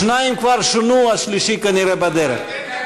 שניים כבר שונו, השלישי כנראה בדרך.